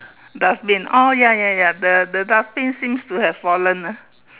dustbin oh ya ya ya the the dustbin seems to have fallen ah